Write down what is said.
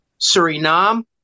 Suriname